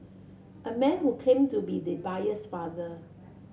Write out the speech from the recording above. a man who claimed to be the buyer's father